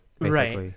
Right